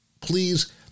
please